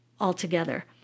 altogether